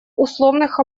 условных